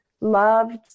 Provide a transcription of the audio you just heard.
loved